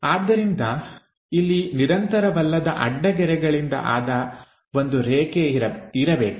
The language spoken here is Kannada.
ಆದ್ದರಿಂದ ಇಲ್ಲಿ ನಿರಂತರವಲ್ಲದ ಅಡ್ಡಗೆರೆಗಳಿಂದ ಆದ ಒಂದು ರೇಖೆ ಇರಬೇಕು